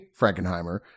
Frankenheimer